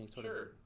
Sure